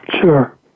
Sure